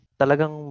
talagang